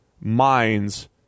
minds